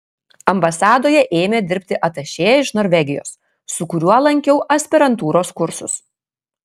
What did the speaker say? ambasadoje ėmė dirbti atašė iš norvegijos su kuriuo lankiau aspirantūros kursus